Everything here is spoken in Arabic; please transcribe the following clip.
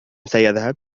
سيذهب